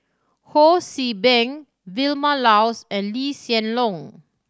Ho See Beng Vilma Laus and Lee Hsien Loong